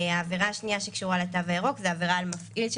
העבירה השנייה שקשורה לתו הירוק זה עבירה על מפעיל של